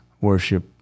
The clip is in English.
worship